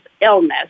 illness